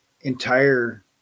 entire